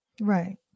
Right